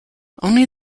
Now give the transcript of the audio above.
only